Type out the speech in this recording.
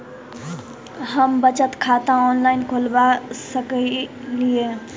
हम बचत खाता ऑनलाइन खोलबा सकलिये?